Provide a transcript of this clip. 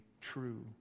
true